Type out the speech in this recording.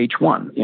H1